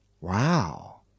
wow